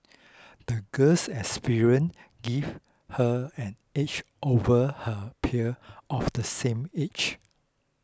the girl's experiences gave her an edge over her peer of the same age